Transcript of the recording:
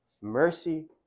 mercy